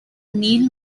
neal